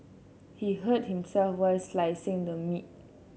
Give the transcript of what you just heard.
he hurt himself while slicing the meat